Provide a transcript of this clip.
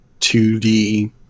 2D